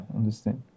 understand